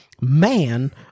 Man